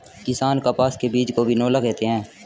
किसान कपास के बीज को बिनौला कहते है